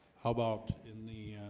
how about in the